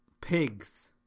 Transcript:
pigs